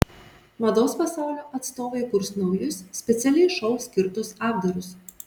mados pasaulio atstovai kurs naujus specialiai šou skirtus apdarus